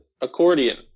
Accordion